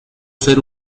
ser